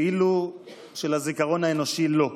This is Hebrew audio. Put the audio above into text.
כאילו שלזיכרון האנושי לא,